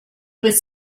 was